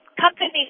Companies